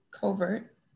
Covert